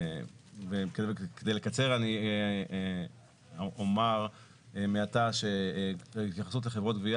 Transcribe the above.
כדי לקצר אני אומר מעתה שהתייחסות לחברות גבייה